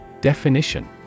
Definition